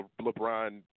LeBron